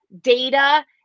data